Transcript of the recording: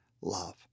love